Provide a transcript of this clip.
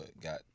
got